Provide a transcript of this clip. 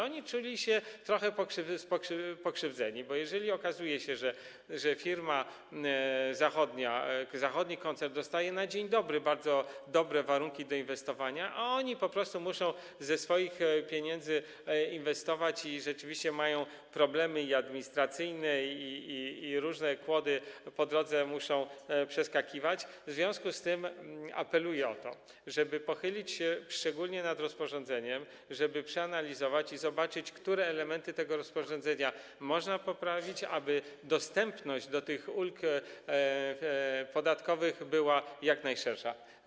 Oni czuli się trochę pokrzywdzeni, bo jeżeli okazuje się, że firma zachodnia, zachodni koncern dostaje na dzień dobry bardzo dobre warunki do inwestowania, a oni po prostu muszą ze swoich pieniędzy inwestować, rzeczywiście mają problemy administracyjne i przez różne kłody po drodze muszą przeskakiwać, to apeluję o to, żeby pochylić się szczególnie nad rozporządzeniem, żeby to przeanalizować i zobaczyć, które elementy tego rozporządzenia można poprawić, aby dostępność ulg podatkowych była jak najszersza.